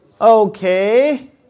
Okay